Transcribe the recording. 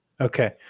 okay